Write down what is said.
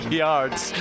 yards